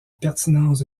pertinence